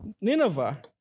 Nineveh